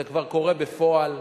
זה כבר קורה בפועל.